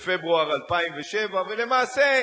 בפברואר 2007. ולמעשה,